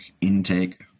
intake